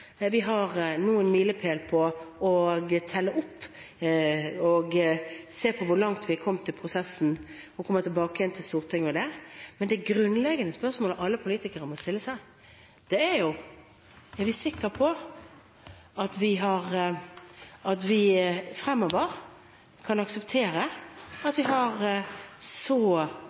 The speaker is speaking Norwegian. Vi har nå en milepæl når det gjelder å telle opp og se på hvor langt vi er kommet i prosessen, og kommer tilbake igjen til Stortinget med det. Men det grunnleggende spørsmålet alle politikere må stille seg, det er jo: Er vi sikker på at vi fremover kan akseptere at vi har så